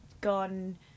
gone